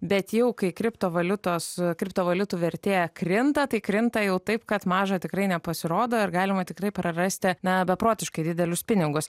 bet jau kai kriptovaliutos kriptovaliutų vertė krinta tai krinta jau taip kad maža tikrai nepasirodo ir galima tikrai prarasti na beprotiškai didelius pinigus